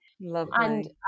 lovely